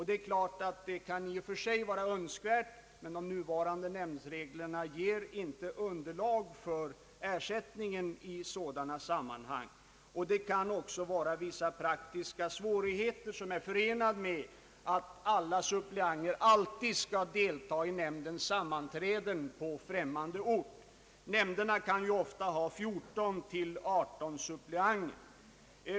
Det är klart att sådant i och för sig kan vara önskvärt, men de nuvarande nämndsreglerna ger inte underlag för ersättning i sådana sammanhang. Vissa praktiska svårigheter kan också vara förenade med att alla suppleanter alltid skall delta i nämndens sammanträden på främmande ort. Nämnderna kan ju ofta ha 14—218 suppleanter.